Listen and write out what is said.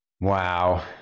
wow